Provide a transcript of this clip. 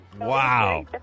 Wow